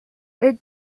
est